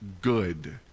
good